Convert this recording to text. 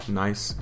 nice